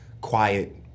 quiet